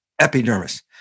epidermis